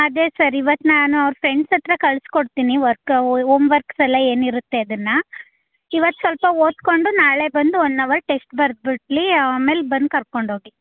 ಅದೇ ಸರ್ ಇವತ್ತು ನಾನು ಅವ್ರ ಫ್ರೆಂಡ್ಸ್ ಹತ್ರ ಕಳ್ಸಿಕೊಡ್ತೀನಿ ವರ್ಕ ಓಮ್ವರ್ಕ್ಸ್ ಎಲ್ಲ ಏನು ಇರುತ್ತೆ ಅದನ್ನು ಇವತ್ತು ಸ್ವಲ್ಪ ಓದಿಕೊಂಡು ನಾಳೆ ಬಂದು ಒನ್ ಅವರ್ ಟೆಸ್ಟ್ ಬರ್ದು ಬಿಡಲಿ ಆಮೇಲೆ ಬಂದು ಕರ್ಕೊಂಡು ಹೋಗಿ